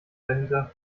dahinter